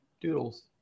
Doodles